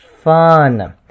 fun